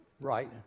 right